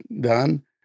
done